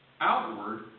outward